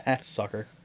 Sucker